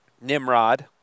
Nimrod